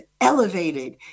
elevated